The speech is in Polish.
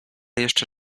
jeszcze